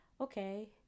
okay